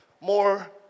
more